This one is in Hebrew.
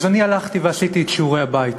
אז אני הלכתי ועשיתי את שיעורי הבית.